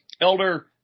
Elder